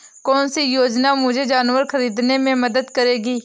कौन सी योजना मुझे जानवर ख़रीदने में मदद करेगी?